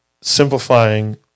simplifying